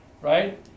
right